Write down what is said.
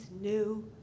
new